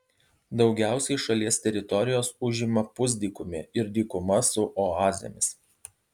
daugiausiai šalies teritorijos užima pusdykumė ir dykuma su oazėmis